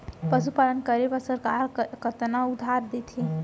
पशुपालन करे बर सरकार कतना उधार देथे?